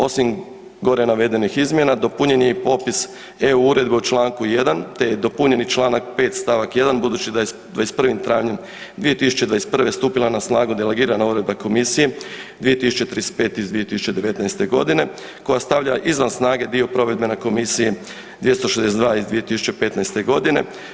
Osim gore navedenih izmjena dopunjen je i popis EU uredbe u Članku 1. te je dopunjen i Članak 5. stavak 1. budući da je s 21. travnjem 2021. stupila na snagu delegirana odredba komisije 2035 iz 2019. godine koja stavlja izvan snage dio provedbene komisije 262 iz 2015. godine.